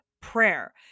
prayer